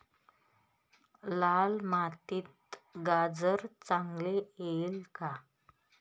लाल मातीत गाजर चांगले येईल का?